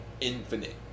infinite